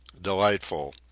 delightful